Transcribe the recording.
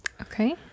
Okay